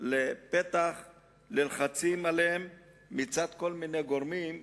פתח ללחצים עליהן מצד כל מיני גורמים.